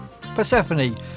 Persephone